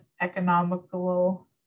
economical